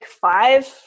five